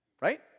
right